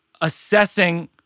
assessing